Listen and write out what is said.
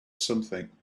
something